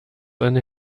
eine